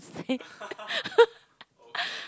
say